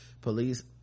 Police